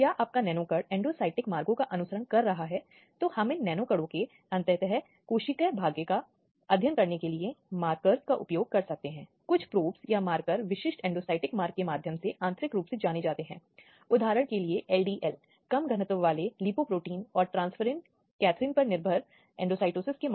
विशेष रूप से जब यह बच्चों से संबंधित है क्योंकि यदि कोई भारतीय स्थिति जानता है तो एक मामला वर्षों तक एक साथ चल सकता है और यहां तक कि परीक्षण शुरू करने के लिए 3 साल से 5 साल तक का समय लगता है